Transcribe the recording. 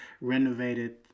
renovated